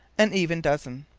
an even dozen.